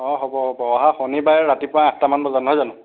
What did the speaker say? অ হ'ব হ'ব অহা শনিবাৰে ৰাতিপুৱা আঠটা মান বজাত নহয় জানো